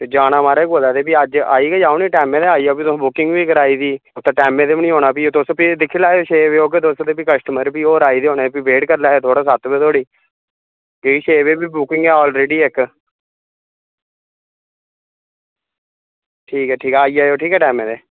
ते जाना म्हाराज कुदै ते भी अज्ज आई बी जाओ ना टैमें दे अज्ज बुकिंग बी कराई दी ते टैमें दे बी निं औना ते तुस भी दिक्खी लैयो छे बजे औगे तुस ते भी कस्टमर बी होर आई दे होने भी वेट करी लैओ सत्त बजे धोड़ी नेईं छे बजे बी बुकिंग ऐ ऑलरेडी इक्क ठीक ऐ ठीक ऐ आई जायेओ भी टैमें दे